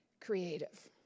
creative